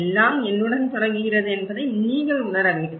எல்லாம் என்னுடன் தொடங்குகிறது என்பதை நீங்கள் உணர வேண்டும்